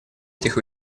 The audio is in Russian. этих